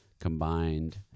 combined